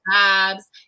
jobs